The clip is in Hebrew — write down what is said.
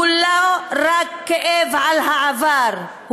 הוא לא רק כאב על העבר,